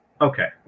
Okay